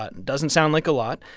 but and doesn't sound like a lot,